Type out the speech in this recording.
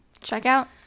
checkout